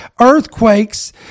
earthquakes